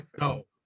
No